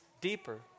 deeper